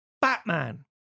Batman